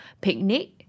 Picnic